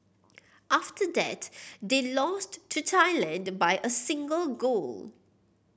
after that they lost to Thailand by a single goal